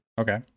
Okay